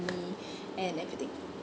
me and everything